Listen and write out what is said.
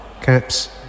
Caps